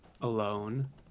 alone